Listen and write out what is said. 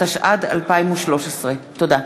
התשע"ד 2013. תודה.